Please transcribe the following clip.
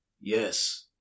Yes